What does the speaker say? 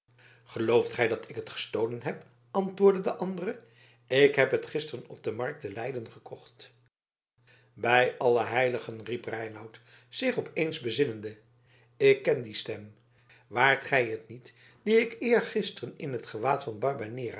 gelooft gij dat ik het gestolen heb antwoordde de andere ik heb het gisteren op de markt te leiden gekocht bij alle heiligen riep reinout zich op eens bezinnende ik ken die stem waart gij het niet dien ik eergisteren in het